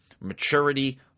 maturity